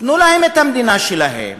תנו להם את המדינה שלהם,